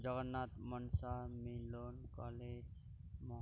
ᱡᱚᱜᱚᱱᱟᱛᱷ ᱢᱚᱱᱥᱟ ᱢᱤᱞᱚᱱ ᱠᱟᱞᱤ